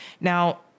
Now